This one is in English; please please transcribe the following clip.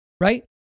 right